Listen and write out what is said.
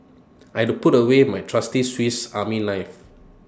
I'd to put away my trusty Swiss army knife